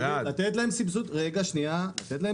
לתת להם סבסוד ישיר,